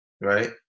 Right